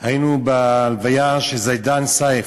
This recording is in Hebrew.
היינו בהלוויה של זידאן סייף,